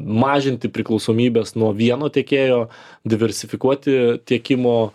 mažinti priklausomybes nuo vieno tiekėjo diversifikuoti tiekimo